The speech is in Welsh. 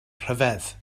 rhyfedd